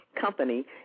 company